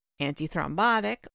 antithrombotic